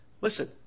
listen